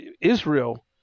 Israel